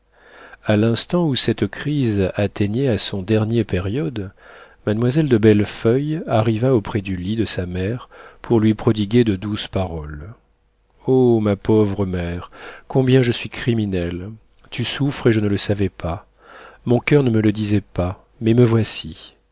a l'instant où cette crise atteignait à son dernier période mademoiselle de bellefeuille arriva auprès du lit de sa mère pour lui prodiguer de douces paroles oh ma pauvre mère combien je suis criminelle tu souffres et je ne le savais pas mon coeur ne me le disait pas mais me voici